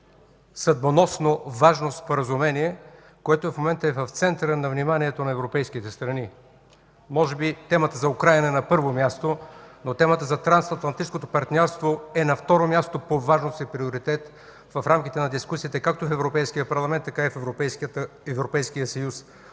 съдбоносно важно споразумение, което в момента е в центъра на вниманието на европейските страни! Може би темата за Украйна е на първо място, но темата за Трансатлантическото партньорство е на второ място по важност и приоритет в рамките на дискусията както в Европейския парламент, така и в Европейския съюз.